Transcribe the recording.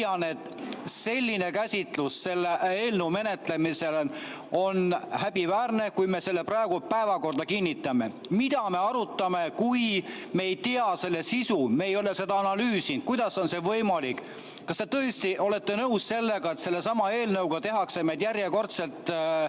leian, et selline käsitlus selle eelnõu menetlemisel on häbiväärne, kui me selle praegu päevakorda kinnitame. Mida me arutame, kui me ei tea selle sisu? Me ei ole seda analüüsinud. Kuidas on see võimalik? Kas te tõesti olete nõus, et selle eelnõuga tehakse meid järjekordselt